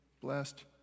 blessed